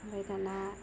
ओमफाय दाना